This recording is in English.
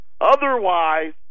Otherwise